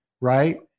right